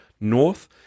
north